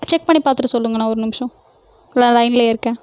check பண்ணிப் பார்த்துட்டு சொல்லுங்கண்ணா ஒரு நிமிஷோம் ல லைன்லேயே இருக்கேன்